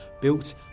built